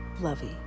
lovey